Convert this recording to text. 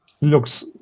Looks